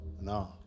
no